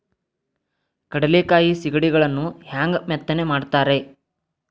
ಕಡಲೆಕಾಯಿ ಸಿಗಡಿಗಳನ್ನು ಹ್ಯಾಂಗ ಮೆತ್ತನೆ ಮಾಡ್ತಾರ ರೇ?